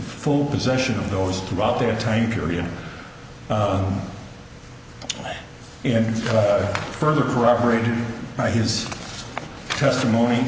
full possession of those throughout their time period and further corroborated by his testimony